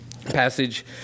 Passage